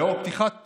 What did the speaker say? לנוכח פתיחת